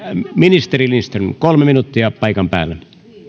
vaiheessa ministeri lindström kolme minuuttia paikan päällä